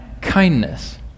kindness